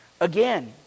again